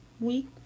week